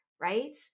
right